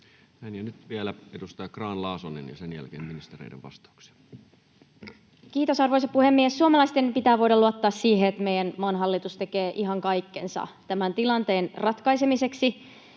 energiamarkkinoihin Time: 18:17 Content: Kiitos, arvoisa puhemies! Suomalaisten pitää voida luottaa siihen, että meidän maan hallitus tekee ihan kaikkensa tämän tilanteen ratkaisemiseksi,